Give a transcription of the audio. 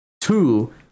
Two